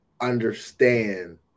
understand